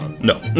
No